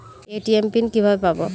ATM PIN কিভাবে পাবো?